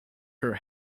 her